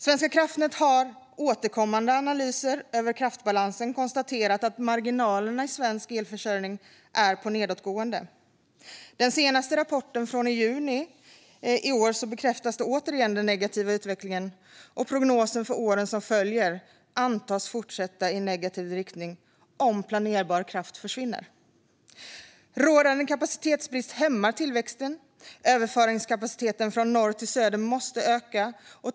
Svenska kraftnät har i återkommande analyser över kraftbalansen konstaterat att marginalerna i svensk elförsörjning är på nedåtgående. I den senaste rapporten från juni i år bekräftas återigen den negativa utvecklingen. Prognosen för åren som följer antas fortsätta i negativ riktning om planerbar kraft försvinner. Rådande kapacitetsbrist hämmar tillväxten. Överföringskapaciteten från norr till söder måste öka.